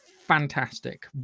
Fantastic